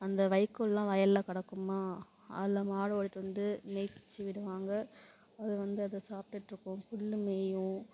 அந்த வைக்கோல் எல்லாம் வயலில் கிடக்குக்குமா அதில் மாடு ஓட்டிகிட்டு வந்து மேய்ச்சு விடுவாங்க அது வந்து அதை சாப்பிட்டுட்ருக்கும் புல் மேயும்